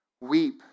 weep